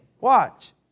Watch